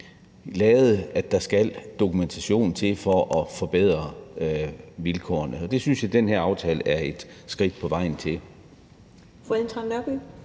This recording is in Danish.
sige, at der skal dokumentation til for at forbedre vilkårene, og det synes jeg den her aftale er et skridt på vejen til.